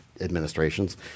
administrations